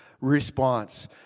response